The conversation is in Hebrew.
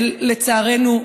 לצערנו,